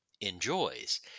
enjoys